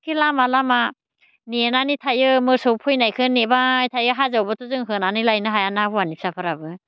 लामा लामा नेनानै थायो मोसौ फैनायखौ नेबाय थायो हाजोआवबोथ' जों होनानै लायनो हायाना हौवानि फिसाफोराबो